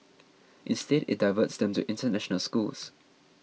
instead it diverts them to international schools